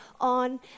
on